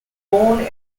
born